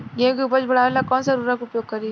गेहूँ के उपज बढ़ावेला कौन सा उर्वरक उपयोग करीं?